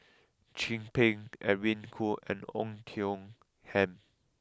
Chin Peng Edwin Koo and Oei Tiong Ham